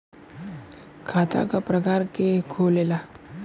खाता क प्रकार के खुलेला?